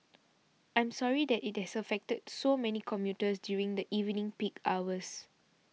I'm sorry that it has affected so many commuters during the evening peak hours